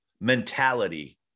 mentality